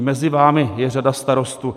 Mezi vámi je řada starostů.